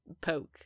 poke